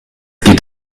geht